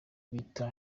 bita